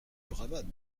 bravade